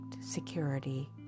security